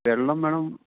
വെള്ളം വേണം